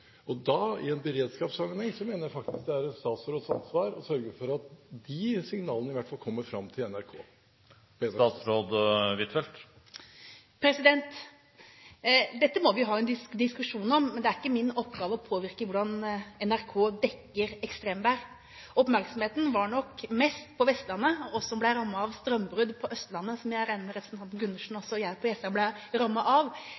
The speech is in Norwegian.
og da – i en beredskapssammenheng – mener jeg faktisk det er en statsråds ansvar å sørge for at de signalene i hvert fall kommer fram til NRK. Dette må vi ha en diskusjon om, men det er ikke min oppgave å påvirke hvordan NRK dekker ekstremvær. Oppmerksomheten var nok mest på Vestlandet. Det var nok ikke tilsvarende oppmerksomhet i media rundt oss som ble rammet av strømbrudd på Østlandet, som jeg regner med at representanten Gundersen